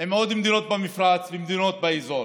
עם עוד מדינות במפרץ ומדינות באזור,